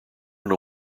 know